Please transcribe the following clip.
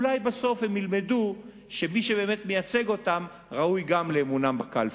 אולי בסוף הם ילמדו שמי שבאמת מייצג אותם ראוי גם לאמונם בקלפי.